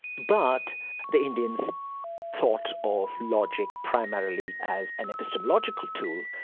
but the indians thought of logic primarily as an epistemological tool,